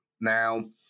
Now